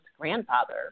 grandfather